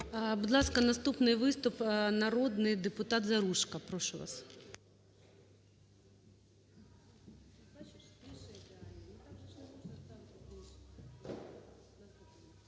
Будь ласка, наступний виступ. Народний депутатЗаружко, прошу вас.